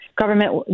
government